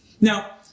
Now